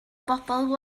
bobl